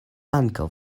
ankaŭ